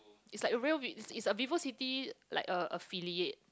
is like a real vi~ is a Vivo-City is like affiliate